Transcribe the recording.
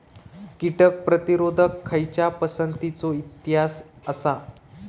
कीटक प्रतिरोधक खयच्या पसंतीचो इतिहास आसा?